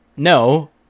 No